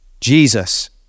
Jesus